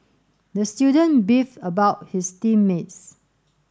the student beefed about his team mates